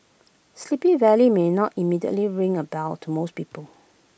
sleepy valley may not immediately ring A bell to most people